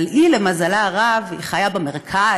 אבל היא, למזלה הרב, חיה במרכז,